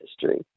history